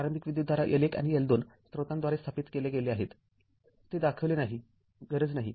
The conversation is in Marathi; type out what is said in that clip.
प्रारंभिक विद्युतधारा L१ आणि L२ स्त्रोतांद्वारे स्थापित केल्या गेल्या आहेत ते दाखविले नाही गरज नाही